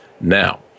Now